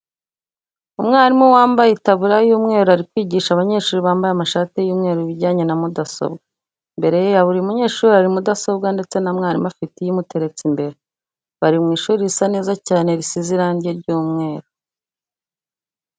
Umwarimu wambaye itaburiya y'umweru ari kwigisha abanyeshuri bambaye amashati y'umweru ibijyanye na mudasobwa. Imbere ya buri munyeshuri hari mudasobwa ndetse na mwarimu afite iye imuteretse imbere. Bari mu ishuri risa neza cyane, risize irange ry'umweru.